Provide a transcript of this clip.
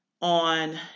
on